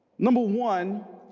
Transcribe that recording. number one